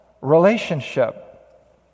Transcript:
relationship